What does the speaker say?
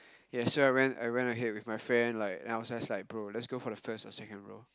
yeah so I went I went ahead with my friend like I was just like bro let's go for the first or second row